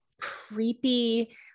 creepy